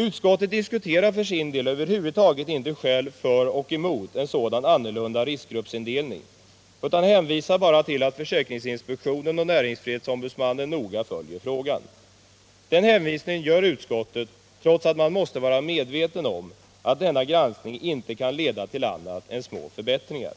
Utskottet diskuterar för sin del över huvud taget inte skälen för och emot en sådan ändrad riskgruppsindelning, utan hänvisar bara till att försäkringsinspektionen och näringsfrihetsombudsmannen noga följer frågan. Den hänvisningen gör utskottet trots att man måste vara medveten om att denna granskning inte kan leda till annat än små förbättringar.